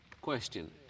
question